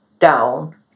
Down